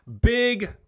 big